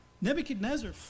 Nebuchadnezzar